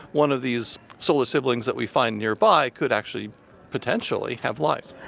one of these solar siblings that we find nearby could actually potentially have life.